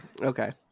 okay